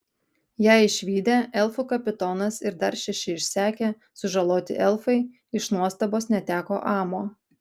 ją išvydę elfų kapitonas ir dar šeši išsekę sužaloti elfai iš nuostabos neteko amo